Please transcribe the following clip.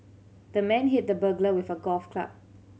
the man hit the burglar with a golf club